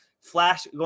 flash